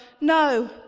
No